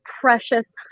precious